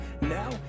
Now